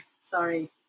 Sorry